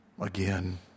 Again